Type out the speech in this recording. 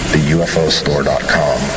TheUFOStore.com